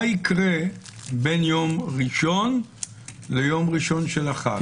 מה יקרה בין יום ראשון ליום ראשון של החג?